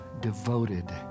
devoted